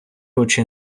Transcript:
очі